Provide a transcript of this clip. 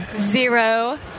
Zero